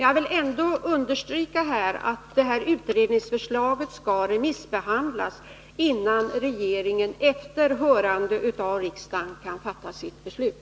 Jag vill ändå understryka att detta utredningsförslag skall remissbehandlas, innan regeringen efter hörande av riksdagen kan fatta sitt beslut.